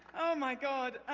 oh, my god.